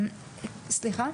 סליחה?